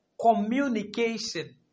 Communication